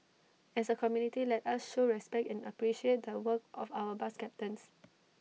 as A community let us show respect and appreciate the work of our bus captains